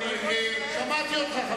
שמעתי אותך.